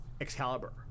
Excalibur